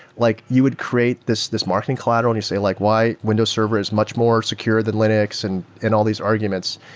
like you would create this this marketing collateral and you say, like why windows server is much more secure than linux? and and all these arguments.